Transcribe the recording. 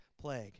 plague